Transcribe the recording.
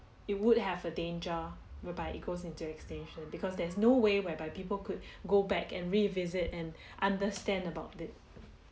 it would have a danger whereby it goes into extinction because there's no way whereby people could go back and revisit and understand about it